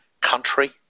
country